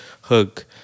hook